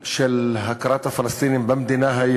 יוזמת השלום האמריקנית והתבטאויותיו של שר החוץ בעניין חילופי שטחים.